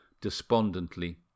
despondently